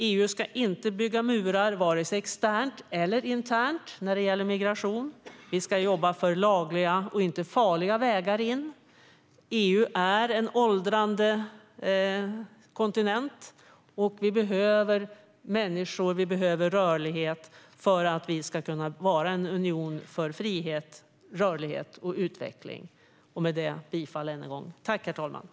EU ska inte bygga murar vare sig externt eller internt när det gäller migration. Vi ska jobba för lagliga och inte farliga vägar in. EU är en åldrande kontinent. Vi behöver människor, och vi behöver rörlighet för att vi ska kunna vara en union för frihet, rörlighet och utveckling. Jag yrkar än en gång bifall till utskottets utlåtande.